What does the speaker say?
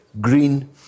green